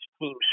teams